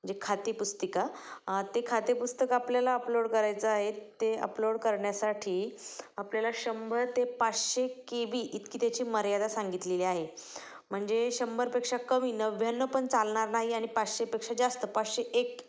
जे खाते पुस्तिका ते खाते पुस्तक आपल्याला अपलोड करायचं आहे ते अपलोड करण्यासाठी आपल्याला शंभर ते पाचशे के बी इतकी त्याची मर्यादा सांगितलेली आहे म्हणजे शंभरपेक्षा कमी नव्याण्णव पण चालणार नाही आणि पाचशेपेक्षा जास्त पाचशे एक